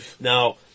Now